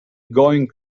going